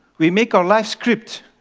we make our life script,